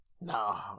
No